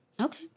Okay